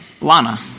Lana